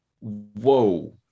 whoa